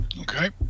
Okay